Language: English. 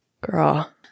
Girl